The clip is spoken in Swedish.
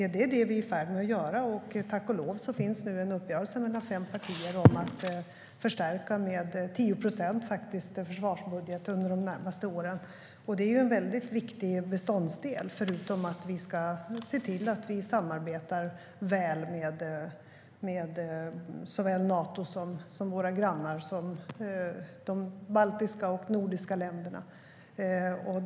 Det är det vi är i färd med att göra, och tack och lov finns nu en uppgörelse mellan fem partier om att förstärka försvarsbudgeten - med 10 procent, faktiskt - under de närmaste åren. Det är en viktig beståndsdel utöver att vi ska se till att samarbeta väl med såväl Nato som våra grannar, till exempel de baltiska och nordiska länderna.